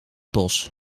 bos